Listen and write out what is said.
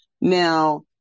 Now